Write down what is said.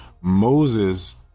Moses